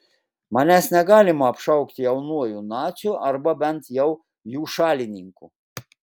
manęs negalima apšaukti jaunuoju naciu arba bent jau jų šalininku